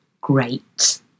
great